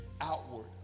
outward